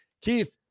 Keith